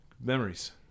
memories